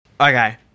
Okay